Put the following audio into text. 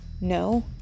No